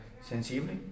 Sensible